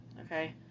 okay